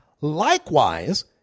Likewise